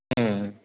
ம் ம்